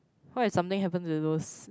why is something happen to those